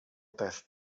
test